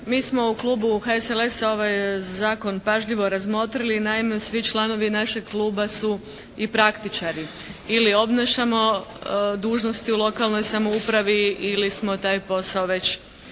Mi smo u klubu HSLS-a ovaj zakon pažljivo razmotrili. Naime, svi članovi našeg kluba su i praktičari. Ili obnašamo dužnosti u lokalnoj samoupravi ili smo taj posao već